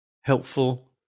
helpful